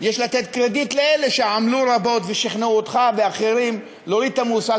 יש לתת קרדיט לאלה שעמלו רבות ושכנעו אותך ואחרים להוריד את המושג